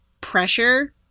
pressure